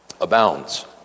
abounds